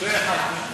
1